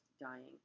dying